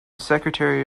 secretary